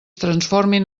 transformin